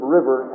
River